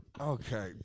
Okay